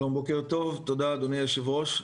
שלום ותודה אדוני היושב-ראש.